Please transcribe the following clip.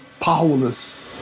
powerless